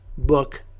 book.